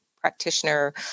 practitioner